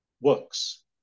works